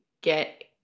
get